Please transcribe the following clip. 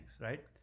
right